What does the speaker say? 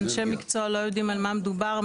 אנשי מקצוע לא יודעים על מה מדובר.